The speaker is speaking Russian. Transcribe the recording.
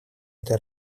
этой